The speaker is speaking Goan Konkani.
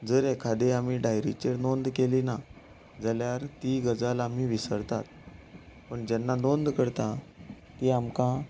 जर एखादे आमी डायरिचेर नोंद केली ना जाल्यार जी गजाल आमी विसरतात पूण जेन्ना नोंद करता ती आमकां